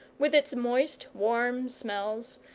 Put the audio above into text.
with its moist warm smells,